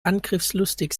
angriffslustig